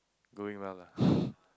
going well lah